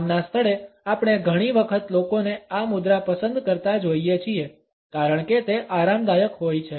કામના સ્થળે આપણે ઘણી વખત લોકોને આ મુદ્રા પસંદ કરતા જોઈએ છીએ કારણ કે તે આરામદાયક હોય છે